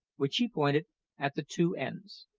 which he pointed at the two ends.